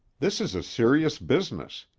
this is a serious business.